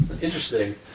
interesting